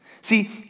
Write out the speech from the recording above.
See